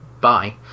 Bye